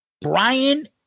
Brian